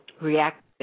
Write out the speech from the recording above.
react